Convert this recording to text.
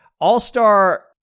All-Star